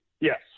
Yes